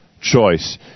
choice